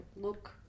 look